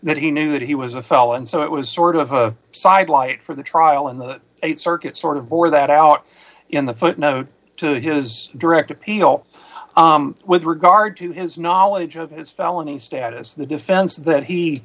that he knew that he was a felon so it was sort of a side light for the trial in the th circuit sort of bore that out in the footnote to his direct appeal with regard to his knowledge of his felony status the defense that he